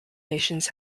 nations